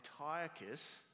Antiochus